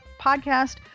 podcast